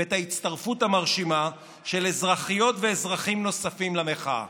ואת ההצטרפות המרשימה של אזרחיות ואזרחים נוספים למחאה.